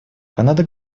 канада